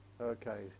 Okay